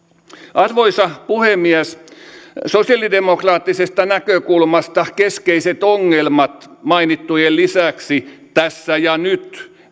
arvoisa puhemies sosiaalidemokraattisesta näkökulmasta keskeiset ongelmat mainittujen lisäksi tässä ja nyt